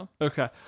Okay